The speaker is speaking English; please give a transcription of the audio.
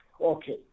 Okay